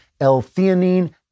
L-theanine